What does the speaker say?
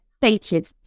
stated